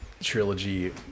trilogy